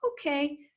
okay